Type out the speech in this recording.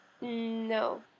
No